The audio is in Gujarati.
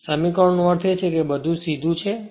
તેથી આ સમીકરણ નો અર્થ છે કે બધું જ સીધું છે